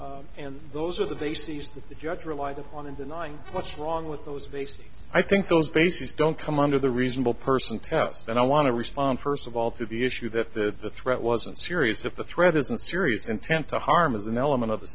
ruling and those are the bases that the judge relied upon in denying what's wrong with those basic i think those bases don't come under the reasonable person test and i want to respond first of all to the issue that the threat wasn't serious if the threat isn't serious intent to harm is an element of the